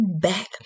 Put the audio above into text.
back